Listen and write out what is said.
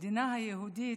המדינה היהודית,